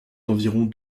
d’environ